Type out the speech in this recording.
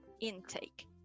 intake